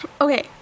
Okay